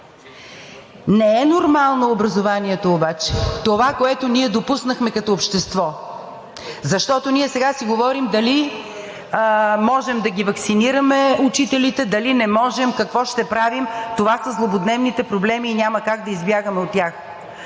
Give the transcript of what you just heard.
Не е нормално образованието обаче – това, което ние допуснахме като общество. Защото ние сега си говорим дали можем да ваксинираме учителите, дали не можем, какво ще правим – това са злободневните проблеми и няма как да избягаме от тях.